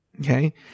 Okay